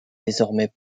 désormais